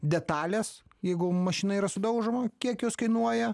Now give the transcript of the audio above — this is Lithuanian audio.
detalės jeigu mašina yra sudaužoma kiek jos kainuoja